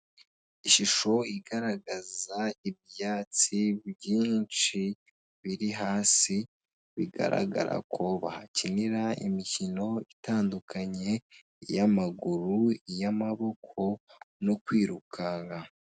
Ishusho igaragaza ibyatsi byinshi biri hasi, bigaragara ko bahakinira imikino itandukanye y'amaguru, y'amaboko no kwirukanka.